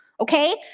Okay